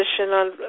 on